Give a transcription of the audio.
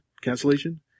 cancellation